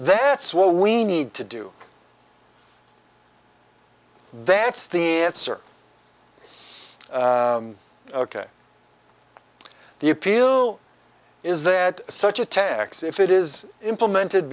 that's what we need to do that's the answer ok the appeal is that such a tax if it is implemented